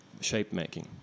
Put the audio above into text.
shape-making